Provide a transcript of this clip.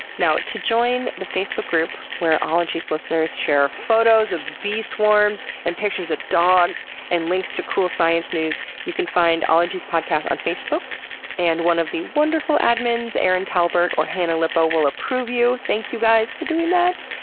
now to join the facebook group where ologies listeners share photos of bee swarms and pictures of dogs and links to cool science news, you can find ologies podcast on facebook and one of the wonderful admins, erin talbert or hannah lippow will approve you. thank you guys for doing that.